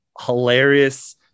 hilarious